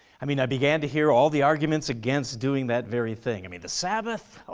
i mean i began to hear all the arguments against doing that very thing. i mean, the sabbath,